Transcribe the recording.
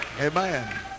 Amen